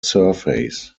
surface